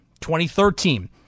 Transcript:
2013